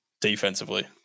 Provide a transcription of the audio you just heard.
defensively